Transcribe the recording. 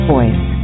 Voice